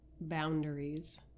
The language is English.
boundaries